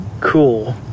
cool